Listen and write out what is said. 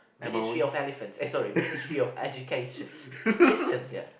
ministry of elephant eh sorry ministry of education listen here